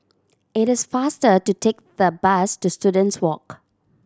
it is faster to take the bus to Students Walk